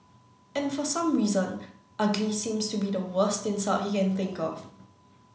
and for some reason ugly seems to be worst insult he can think of